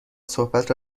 صحبت